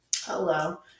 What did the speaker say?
Hello